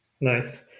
Nice